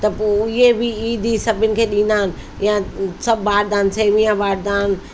त पोइ इहे बि ईदी सभिनि खे ॾींदा आहिनि या सभु बाटदा आहिनि सेविया बाटदा आहिनि